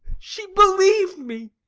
she believed me,